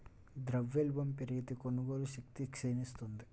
ద్రవ్యోల్బణం పెరిగితే, కొనుగోలు శక్తి క్షీణిస్తుంది